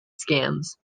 scams